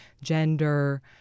gender